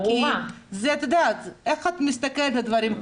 זה איך את מסתכלת על הדברים,